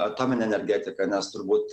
atominę energetiką nes turbūt